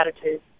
attitude